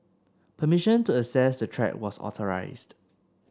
permission to access the track was authorised